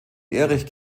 erich